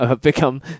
Become